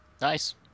Nice